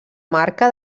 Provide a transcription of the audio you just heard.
marca